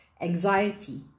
anxiety